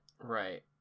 Right